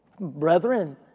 brethren